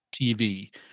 TV